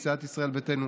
מסיעת ישראל ביתנו: